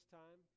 time